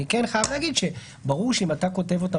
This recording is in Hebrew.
אני חייב להגיד שברור שאם אתה כותב אותם